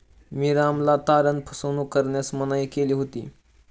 मी रामला तारण फसवणूक करण्यास मनाई केली होती